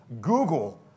Google